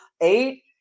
eight